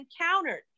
encountered